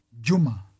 Juma